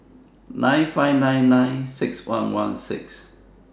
nine five nine nine six one one six